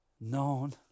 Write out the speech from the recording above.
known